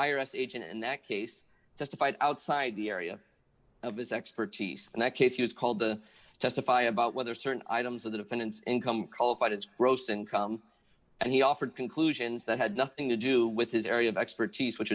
s agent in that case testified outside the area of his expertise in that case he was called to testify about whether certain items of the defendant's income cofidis gross income and he offered conclusions that had nothing to do with his area of expertise which